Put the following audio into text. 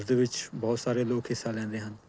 ਇਸਦੇ ਵਿੱਚ ਬਹੁਤ ਸਾਰੇ ਲੋਕ ਹਿੱਸਾ ਲੈਂਦੇ ਹਨ